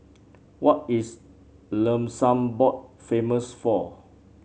what is Luxembourg famous for